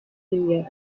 linie